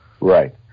Right